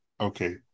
Okay